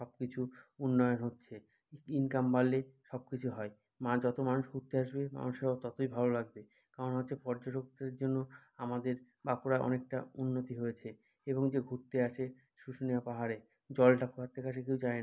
সব কিছু উন্নয়ন হচ্ছে ইনকাম বাড়লে সব কিছু হয় মা যতো মানুষ ঘুরতে আসবে মানুষেরাও ততই ভালো লাগবে কারণ হচ্ছে পর্যটকদের জন্য আমাদের বাঁকুড়ার অনেকটা উন্নতি হয়েছে এবং যে ঘুরতে আসে শুশুনিয়া পাহাড়ে জলটা কোথার থেকে আসে কেউ জানে না